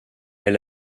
est